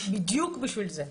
בדיוק בשביל זה.